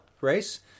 race